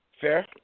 Fair